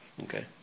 Okay